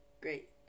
Great